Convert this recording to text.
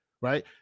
right